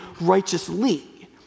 righteously